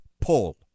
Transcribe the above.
pull